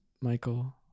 michael